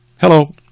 hello